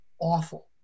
awful